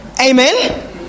Amen